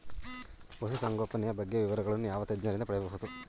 ಪಶುಸಂಗೋಪನೆಯ ಬಗ್ಗೆ ವಿವರಗಳನ್ನು ಯಾವ ತಜ್ಞರಿಂದ ಪಡೆಯಬಹುದು?